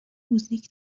موزیک